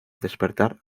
despertar